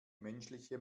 menschliche